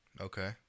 okay